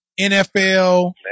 NFL